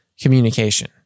communication